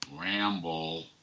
ramble